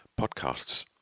podcasts